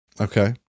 okay